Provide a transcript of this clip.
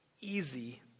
easy